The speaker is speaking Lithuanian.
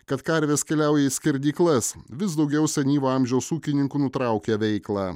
kad karvės keliauja į skerdyklas vis daugiau senyvo amžiaus ūkininkų nutraukia veiklą